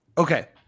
Okay